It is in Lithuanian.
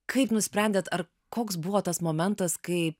kaip nusprendėt ar koks buvo tas momentas kai